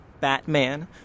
Batman